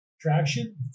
traction